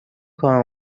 کار